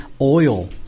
oil